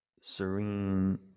serene